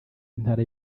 intara